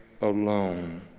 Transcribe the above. alone